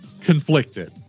conflicted